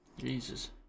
Jesus